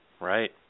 Right